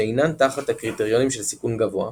שאינן תחת הקריטריונים של סיכון גבוה,